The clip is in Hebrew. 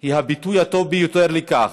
היא הביטוי הטוב ביותר לכך.